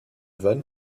van